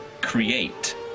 create